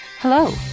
Hello